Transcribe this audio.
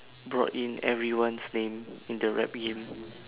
brought in everyone's name in the rap game